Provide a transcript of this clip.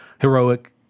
heroic –